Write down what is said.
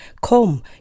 Come